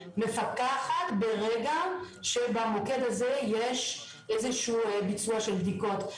מפקחת ברגע שבמוקד הזה יש איזה שהוא ביצוע של בדיקות.